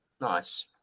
Nice